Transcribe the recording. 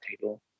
table